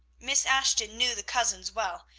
miss ashton knew the cousins well.